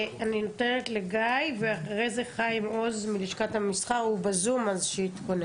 גיא יצחקי, בבקשה.